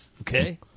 Okay